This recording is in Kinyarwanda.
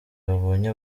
babonye